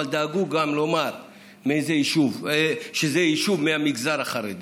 אבל דאגו לומר שזה יישוב מהמגזר החרדי.